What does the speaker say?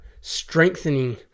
strengthening